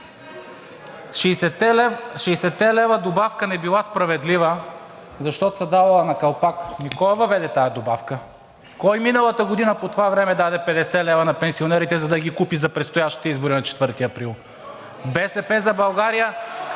лева добавка не била справедлива, защото се давала на калпак. Ами кой я въведе тази добавка? Кой миналата година по това време даде 50 лв. на пенсионерите, за да ги купи за предстоящите избори на 4 април? (Реплики